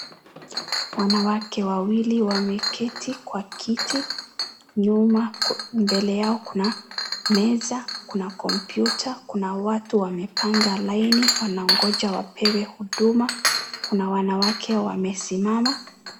Wanawake wawili wameketi kwa kiti nyuma, mbele yao kuna meza, kuna kompyuta, kuna watu wamepanga laini wanaongoja wapewe huduma, kuna wanawake wamesimama.